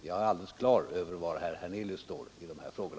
Jag har helt klart för mig vad herr Hernelius står i dessa frågor.